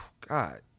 God